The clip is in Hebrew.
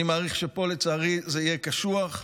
אני מעריך שפה, לצערי, זה יהיה קשוח.